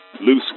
Loose